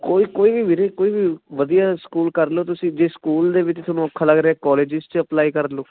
ਕੋਈ ਕੋਈ ਵੀ ਵੀਰੇ ਕੋਈ ਵੀ ਵਧੀਆ ਸਕੂਲ ਕਰ ਲਓ ਤੁਸੀਂ ਜੇ ਸਕੂਲ ਦੇ ਵਿੱਚ ਤੁਹਾਨੂੰ ਔਖਾ ਲੱਗ ਰਿਹਾ ਕਾਲਜਸ 'ਚ ਅਪਲਾਈ ਕਰ ਲਓ